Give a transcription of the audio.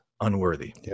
unworthy